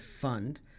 Fund